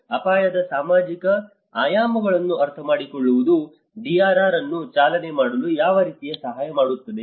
ಅಪಾಯದ ಸಾಮಾಜಿಕ ಆಯಾಮಗಳನ್ನು ಅರ್ಥಮಾಡಿಕೊಳ್ಳುವುದು DRR ಅನ್ನು ಚಾಲನೆ ಮಾಡಲು ಯಾವ ರೀತಿಯಲ್ಲಿ ಸಹಾಯ ಮಾಡುತ್ತದೆ